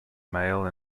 male